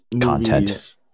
content